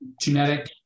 genetic